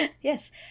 Yes